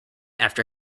after